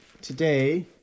today